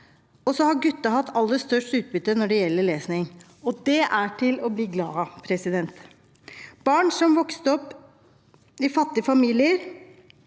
har hatt aller størst utbytte når det gjelder lesing. Det er til å bli glad av. Antall barn som vokste opp i fattige familier,